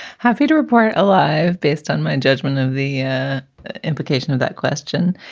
happy to report alive based on my and judgment of the yeah implication of that question.